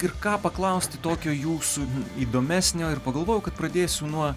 ir ką paklausti tokio jūsų įdomesnio ir pagalvojau kad pradėsiu nuo